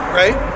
right